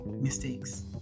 mistakes